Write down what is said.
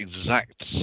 exact